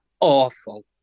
awful